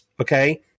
okay